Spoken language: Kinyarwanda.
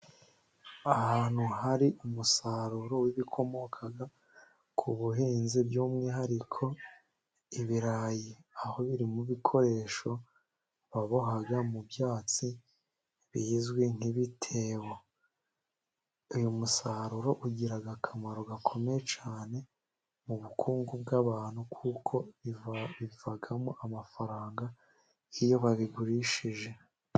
Ahantu hari umusaruro w'ibikomoka ku buhinzi by'umwihariko ibirayi, aho biri mu bikoresho baboha mu byatsi bizwi nk'ibitebo, uyu musaruro ugira akamaro gakomeye cyane mu bukungu bw'abantu kuko bivamo amafaranga iyo babigurishije.